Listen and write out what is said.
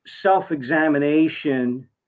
self-examination